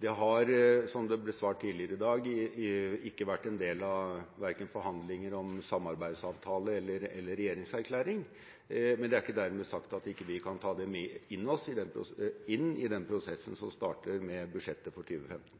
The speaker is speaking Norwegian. Det har, som det ble svart tidligere i dag, ikke vært en del av verken forhandlinger om samarbeidsavtale eller regjeringserklæring, men det er ikke dermed sagt at ikke vi kan ta det inn i den prosessen som starter med budsjettet for 2015.